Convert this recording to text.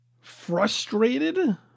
frustrated